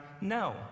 No